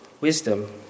wisdom